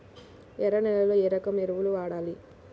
ఎర్ర నేలలో ఏ రకం ఎరువులు వాడాలి?